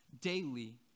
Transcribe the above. daily